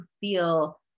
feel